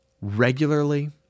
regularly